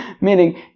Meaning